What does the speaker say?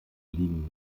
liegen